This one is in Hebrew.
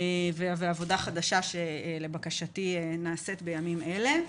ועבודה חדשה שלבקשתי נעשית בימים אלה.